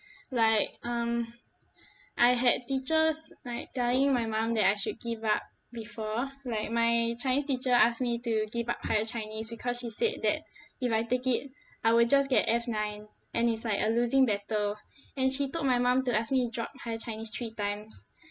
like um I had teachers like telling my mum that I should give up before like my chinese teacher asked me to give up higher chinese because she said that if I take it I will just get F nine and it's like a losing battle and she talk my mum to ask me to drop higher chinese three times